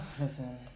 listen